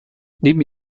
neben